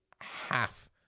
half